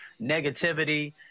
negativity